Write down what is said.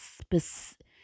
specific